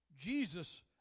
Jesus